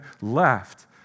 left